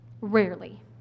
Rarely